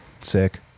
Sick